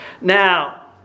Now